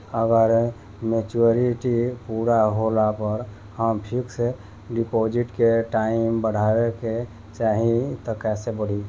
अगर मेचूरिटि पूरा होला पर हम फिक्स डिपॉज़िट के टाइम बढ़ावे के चाहिए त कैसे बढ़ी?